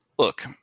Look